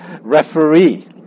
referee